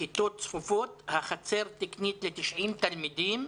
הכיתות צפופות, החצר תקנית ל-90 תלמידים,